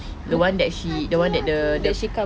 the [one] that she the [one] that the the